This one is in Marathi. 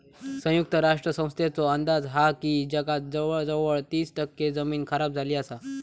संयुक्त राष्ट्र संस्थेचो अंदाज हा की जगात जवळजवळ तीस टक्के जमीन खराब झाली हा